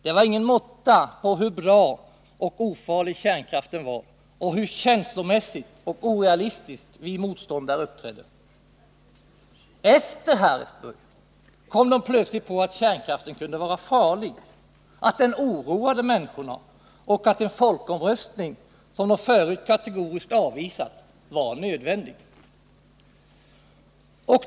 Det var ingen måtta på hur bra och ofarlig kärnkraften var och hur känslomässigt och orealistiskt vi motståndare uppträdde. Efter Harrisburg kom de plötsligt på att kärnkraften kunde vara farlig, att den oroade människorna och att en folkomröstning, som de förut kategoriskt avvisat, var nödvändig.